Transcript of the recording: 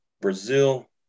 Brazil